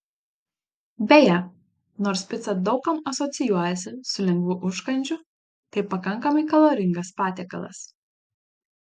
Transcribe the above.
beje nors pica daug kam asocijuojasi su lengvu užkandžiu tai pakankamai kaloringas patiekalas